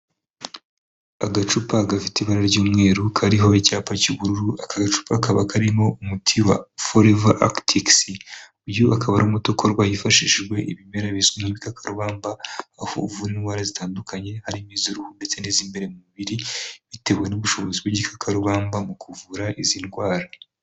Agacupa gafite ibara ry'umweru kariho icyapa cy'ubururu, aka gacupa kaba karimo umuti wa foreva agitikisi, uyu akaba ari umuto ukorwa hifashishijwe ibimera bizwi nk'ibikakarubamba, aho uvura indwara zitandukanye harimo iz'uruhu ndetse n'iz'imbere mu mubiri bitewe n'ubushobozi bw'igikarubamba mu kuvura izi ndwara.